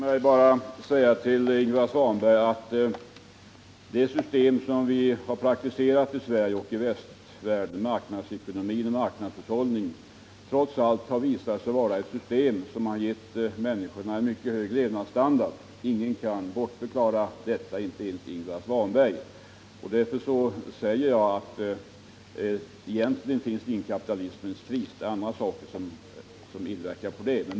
Herr talman! Låt mig bara till Ingvar Svanberg säga att det system som vi praktiserat i Sverige och i västvärlden, marknadsekonomin och marknadshushållningen, trots allt har visat sig vara ett system som gett människorna en mycket hög levnadsstandard. Ingen kan bortförklara detta, inte ens Ingvar Svanberg. Därför kan jag säga att det egentligen inte existerar någon kapitalismens kris.